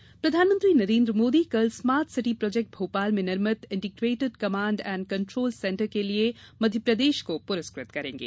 smart city पुरस्कार प्रधानमंत्री नरेन्द्र मोदी कल स्मार्ट सिटी प्रोजेक्ट भोपाल में निर्मित इंटीग्रेटेड कमाण्ड कंट्रोल सेंटर के लिये मध्यप्रदेश को पुरस्कृत करेंगे